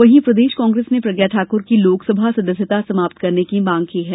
वहीं प्रदेश कांग्रेस ने प्रज्ञा ठाकुर की लोकसभा सदस्यता समाप्त करने की मांग की है